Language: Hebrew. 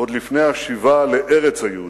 עוד לפני השיבה לארץ היהודים.